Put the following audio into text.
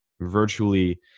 virtually